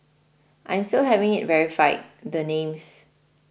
I'm still having it verified the names